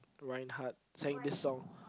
Ryan-Hart sang this song